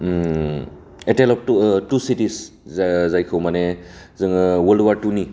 A tale of two cities जायखौ माने जोङो अवर्लड अवार टुनि